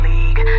League